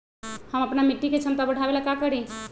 हम अपना मिट्टी के झमता बढ़ाबे ला का करी?